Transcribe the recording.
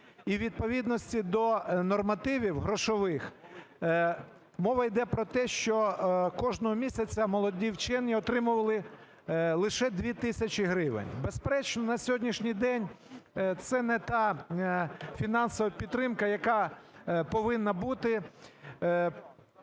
і у відповідності до нормативів грошових… Мова йде про те, що кожного місяця молоді вчені отримували лише 2 тисячі гривень. Безперечно, на сьогоднішній день це не та фінансова підтримка, яка повинна бути.